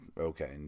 Okay